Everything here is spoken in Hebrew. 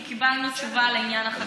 כי קיבלנו תשובה לעניין החקירה.